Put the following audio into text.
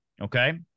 Okay